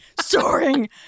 soaring